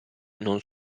non